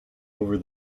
over